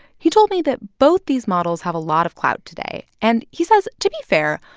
he told me that both these models have a lot of clout today. and he says, to be fair,